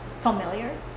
familiar